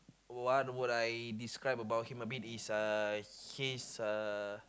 what would I describe about him a bit is uh he's uh